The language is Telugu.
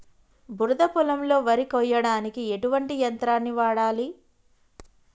బురద పొలంలో వరి కొయ్యడానికి ఎటువంటి యంత్రాన్ని వాడాలి?